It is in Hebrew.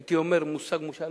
הייתי אומר מושג מושאל,